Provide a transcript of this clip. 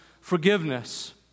forgiveness